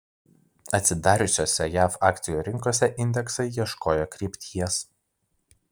atsidariusiose jav akcijų rinkose indeksai ieškojo krypties